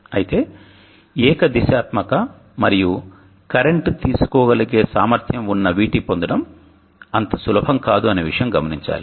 అయితే ఏకదిశాత్మక మరియు కరెంట్ తీసుకోగలిగే సామర్థ్యం ఉన్నVT పొందడం అంత సులభం కాదు అనే విషయం గమనించాలి